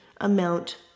amount